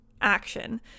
action